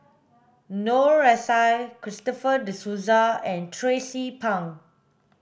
Noor S I Christopher De Souza and Tracie Pang